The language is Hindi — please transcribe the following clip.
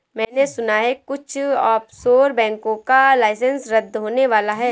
मैने सुना है कुछ ऑफशोर बैंकों का लाइसेंस रद्द होने वाला है